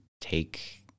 take